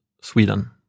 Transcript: Sweden